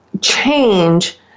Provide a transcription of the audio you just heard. change